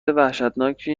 وحشتناکی